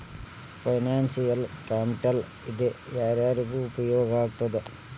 Financial capital ಇಂದಾ ಯಾರ್ಯಾರಿಗೆ ಉಪಯೊಗಾಗ್ತದ?